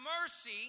mercy